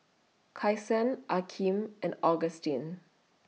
Kyson Akeem and Agustin